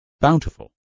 Bountiful